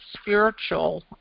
spiritual